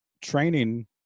training